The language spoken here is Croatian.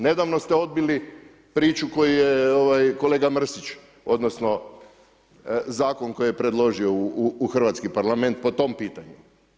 Nedavno ste odbili priču koju je kolega Mrsić, odnosno zakon koji je predložio u Hrvatski parlament po tom pitanju.